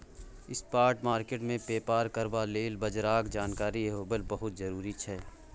spot market मे बेपार करबा लेल बजारक जानकारी होएब बहुत जरूरी छै